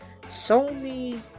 Sony